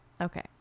okay